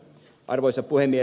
arvoisa puhemies